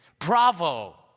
Bravo